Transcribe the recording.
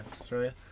Australia